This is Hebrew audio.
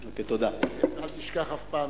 אל תשכח אף פעם